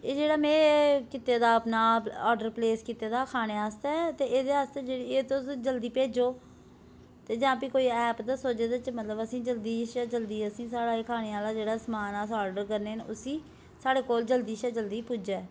एह् जेह्ड़ा में कीते दा अपना आर्डर प्लेस कीते दा खाने आस्तै ते एह्दे आस्तै जेह्ड़ा एह् तोस जल्दी भेजो ते जां फ्ही कोई ऐप दस्सो जेह्दे च मतलब असें जल्दी शा जल्दी असेंगी एह् साढ़ा खानें आह्ला जेह्ड़ा समान ऐ अस आर्डर करने न उसी साढ़े कोल जल्दी शा जल्दी पुज्जै